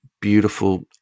beautiful